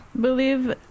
believe